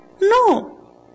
No